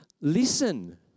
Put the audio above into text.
listen